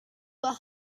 were